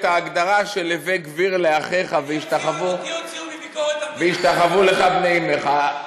ההגדרה של "הוה גביר לאחיך וישתחוו לך בני אמך".